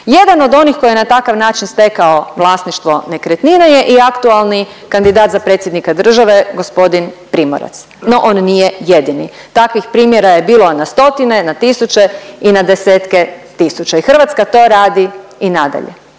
Jedan od onih koji je na takav način stekao vlasništvo nekretnina je i aktualni kandidat za predsjednika države gospodin Primorac. No, on nije jedini. Takvih primjera je bilo na stotine, na tisuće i na desetke tisuća i Hrvatska to radi i nadalje.